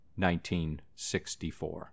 1964